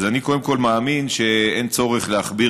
אז אני קודם כול מאמין שאין צורך להכביר